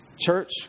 Church